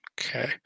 Okay